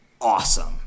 awesome